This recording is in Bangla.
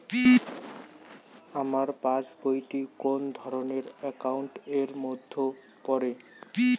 আমার পাশ বই টি কোন ধরণের একাউন্ট এর মধ্যে পড়ে?